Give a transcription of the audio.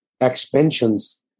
expansions